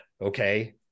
okay